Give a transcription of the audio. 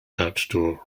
outdoor